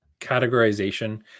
categorization